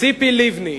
ציפי לבני,